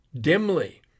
dimly